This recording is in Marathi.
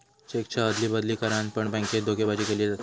चेकच्या अदली बदली करान पण बॅन्केत धोकेबाजी केली जाता